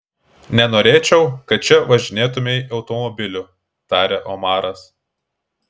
nenorėčiau kad čia važinėtumei automobiliu tarė omaras